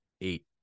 eight